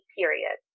period